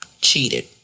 cheated